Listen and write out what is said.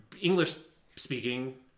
English-speaking